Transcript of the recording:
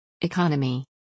Economy